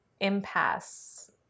impasse